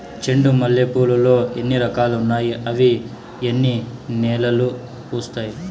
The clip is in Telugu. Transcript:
చెండు మల్లె పూలు లో ఎన్ని రకాలు ఉన్నాయి ఇవి ఎన్ని నెలలు పూస్తాయి